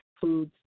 foods